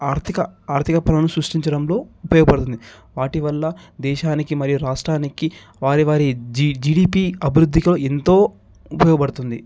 ఆర్థిక ఆర్థిక పనులను సృష్టించడంలో ఉపయోగపడుతుంది వాటి వల్ల దేశానికి మరియు రాష్ట్రానికి వారి వారి జి జిడిపి అభివృద్ధిక ఎంతో ఉపయోగపడుతుంది